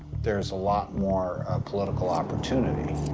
there's a lot more political opportunity.